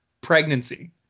pregnancy